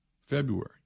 February